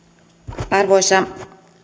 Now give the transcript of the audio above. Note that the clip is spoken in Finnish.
arvoisa